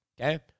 okay